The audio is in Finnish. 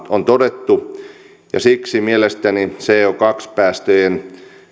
on todettu ja siksi mielestäni co päästöjen